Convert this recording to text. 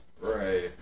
Right